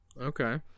Okay